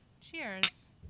Cheers